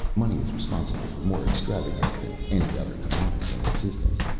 money is responsible for more extravagance than any other commodity in existence.